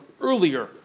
earlier